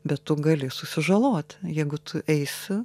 bet tu gali susižaloti jeigu tu eisi